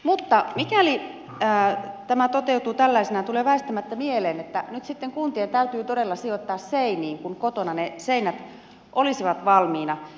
mutta mikäli tämä toteutuu tällaisenaan tulee väistämättä mieleen että nyt sitten kuntien täytyy todella sijoittaa seiniin kun kotona ne seinät olisivat valmiina